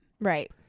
Right